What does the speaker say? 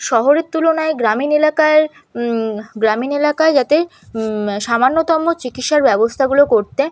শহরের তুলনায় গ্রামীণ এলাকার গ্রামীণ এলাকায় যাতে সামান্যতম চিকিৎসার ব্যবস্থাগুলো করতে